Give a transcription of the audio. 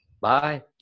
Bye